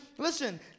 Listen